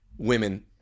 Women